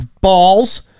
balls